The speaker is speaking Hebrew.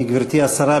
גברתי השרה,